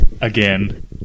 again